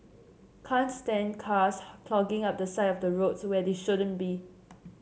can't stand cars clogging up the side of the roads where they shouldn't be